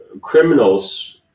criminals